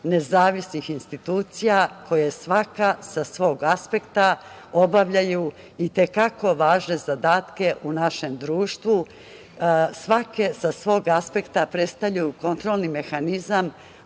nezavisnih institucija koje svaka sa svog aspekta obavljaju i te kako važne zadatke u našem društvu. Svaka sa svog aspekta predstavljaju kontrolni mehanizam,